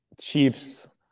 Chiefs